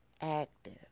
active